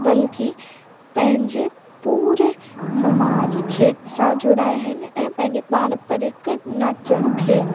बल्कि पंहिंजे पूरे समाज खे सां जुड़िया आहिनि ऐं पंहिंजे पारंपरिक नचण खे